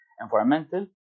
environmental